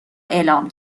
اعلام